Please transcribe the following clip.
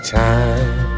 time